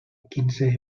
quinze